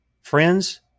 Friends